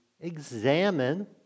examine